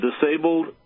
disabled